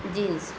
jeans